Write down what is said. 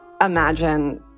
imagine